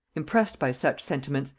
impressed by such sentiments,